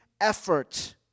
effort